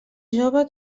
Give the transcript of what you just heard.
jove